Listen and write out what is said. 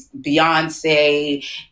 Beyonce